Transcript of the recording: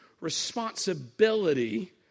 responsibility